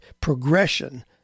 progression